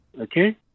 okay